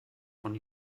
von